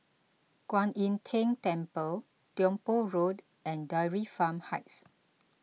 Kwan Im Tng Temple Tiong Poh Road and Dairy Farm Heights